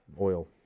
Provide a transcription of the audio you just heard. Oil